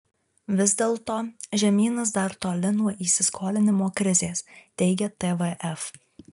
vis dėlto žemynas dar toli nuo įsiskolinimo krizės teigia tvf